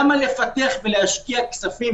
למה לפתח ולהשקיע כספים?